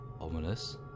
ominous